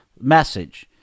message